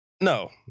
No